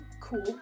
cool